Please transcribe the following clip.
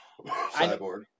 Cyborg